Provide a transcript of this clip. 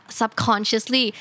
subconsciously